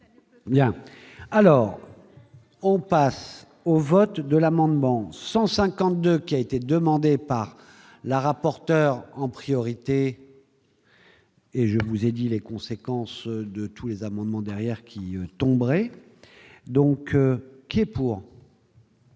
Bien, alors on passe au vote de l'amendement 152 qui a été demandé par la rapporteure en priorité. Et je vous ai dit les conséquences de tous les amendements derrière qui tomberait donc qui est pour.